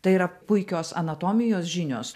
tai yra puikios anatomijos žinios